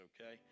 okay